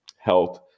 health